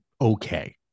Okay